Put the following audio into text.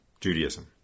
Judaism